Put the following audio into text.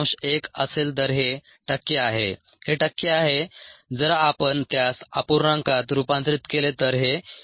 1 असेल तर हे टक्के आहे हे टक्के आहे जर आपण त्यास अपूर्णांकात रूपांतरित केले तर हे 0